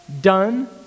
done